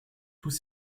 tous